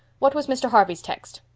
what was mr. harvey's text?